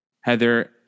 Heather